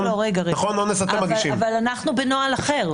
אבל אנחנו בנוהל אחר.